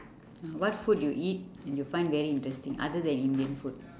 what food you eat and you found very interesting other than Indian food